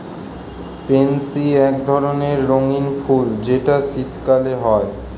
pansy এক ধরণের রঙ্গীন ফুল যেটা শীতকালে হয়